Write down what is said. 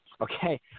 Okay